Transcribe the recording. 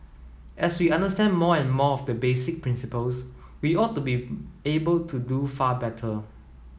as we understand more and more of the basic principles we ought to be able to do far better